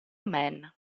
man